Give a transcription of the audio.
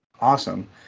Awesome